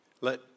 let